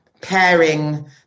pairing